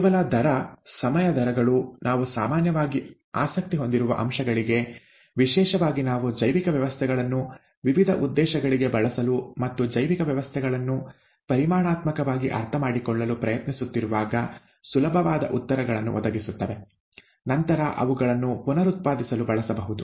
ಕೇವಲ ದರ ಸಮಯ ದರಗಳು ನಾವು ಸಾಮಾನ್ಯವಾಗಿ ಆಸಕ್ತಿ ಹೊಂದಿರುವ ಅಂಶಗಳಿಗೆ ವಿಶೇಷವಾಗಿ ನಾವು ಜೈವಿಕ ವ್ಯವಸ್ಥೆಗಳನ್ನು ವಿವಿಧ ಉದ್ದೇಶಗಳಿಗೆ ಬಳಸಲು ಮತ್ತು ಜೈವಿಕ ವ್ಯವಸ್ಥೆಗಳನ್ನು ಪರಿಮಾಣಾತ್ಮಕವಾಗಿ ಅರ್ಥಮಾಡಿಕೊಳ್ಳಲು ಪ್ರಯತ್ನಿಸುತ್ತಿರುವಾಗ ಸುಲಭವಾದ ಉತ್ತರಗಳನ್ನು ಒದಗಿಸುತ್ತವೆ ನಂತರ ಅವುಗಳನ್ನು ಪುನರುತ್ಪಾದಿಸಲು ಬಳಸಬಹುದು